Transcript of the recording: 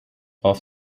off